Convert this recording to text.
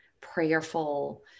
prayerful